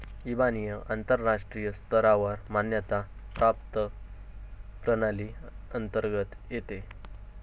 इबानी आंतरराष्ट्रीय स्तरावर मान्यता प्राप्त प्रणाली अंतर्गत येते